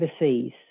overseas